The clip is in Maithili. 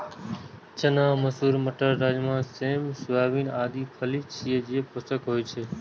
चना, मसूर, मटर, राजमा, सेम, सोयाबीन आदि फली छियै, जे पोषक होइ छै